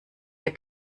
der